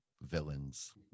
villains